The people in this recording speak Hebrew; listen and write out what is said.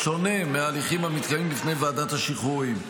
בשונה מההליכים המתקיימים בפני ועדת השחרורים.